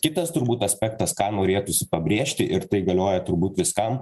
kitas turbūt aspektas ką norėtųsi pabrėžti ir tai galioja turbūt viskam